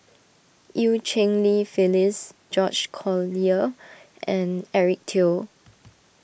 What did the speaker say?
Eu Cheng Li Phyllis George Collyer and Eric Teo